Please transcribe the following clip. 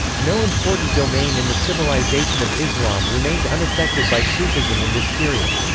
no important domain in the civilization of islam remained unaffected by sufism in this period.